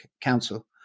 council